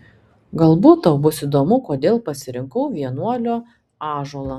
galbūt tau bus įdomu kodėl pasirinkau vienuolio ąžuolą